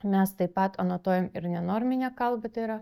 mes taip pat anotuojam ir nenorminę kalba tai yra